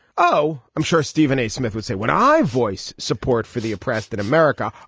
oh i'm sure stephen a smith would say when i voice support for the oppressed in america.